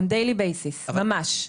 על בסיס יום-יומי, ממש.